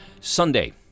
Sunday